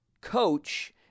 coach